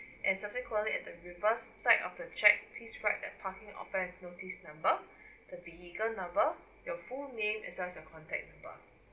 and subsequently at the reversed side of the cheque please write the parking offense notice number the vehicle number your full name as well as your contact number